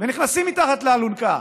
ונכנסים מתחת לאלונקה.